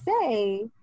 say